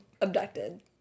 abducted